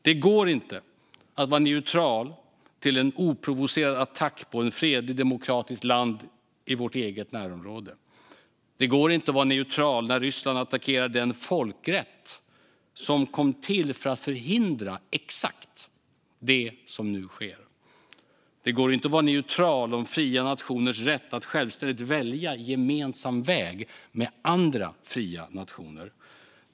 Det går inte att vara neutral inför en oprovocerad attack på ett fredligt demokratiskt land i vårt eget närområde. Det går inte att vara neutral när Ryssland attackerar den folkrätt som kom till för att förhindra exakt det som nu sker. Det går inte att vara neutral gällande fria nationers rätt att självständigt välja en gemensam väg med andra fria nationer.